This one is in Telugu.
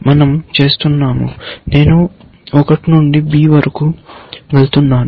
మనం చేస్తున్నాము నేను 1 నుండి బి వరకు వెళ్తున్నాను